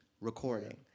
recording